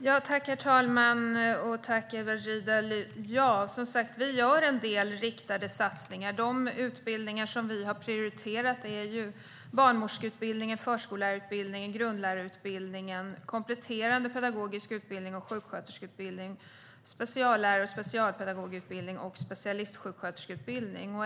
Herr talman! Vi gör en del riktade satsningar. De utbildningar som vi har prioriterat är barnmorskeutbildningen, förskollärarutbildningen, grundlärarutbildningen, kompletterande pedagogisk utbildning, sjuksköterskeutbildning, speciallärar och specialpedagogutbildning samt specialistsjuksköterskeutbildning.